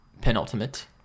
Penultimate